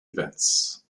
events